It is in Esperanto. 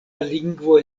lingvo